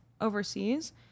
overseas